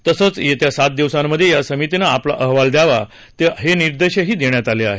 तसंच येत्या सात दिवसांमध्ये या समितीनं आपला अहवाल द्यावा ते निदेंश देण्यात आले आहेत